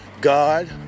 God